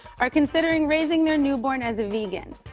are considering raising their newborn as a vegan.